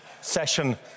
session